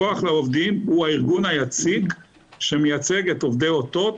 כוח לעובדים הוא הארגון היציג שמייצג את עובדי אותות,